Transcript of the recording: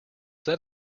that